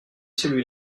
celui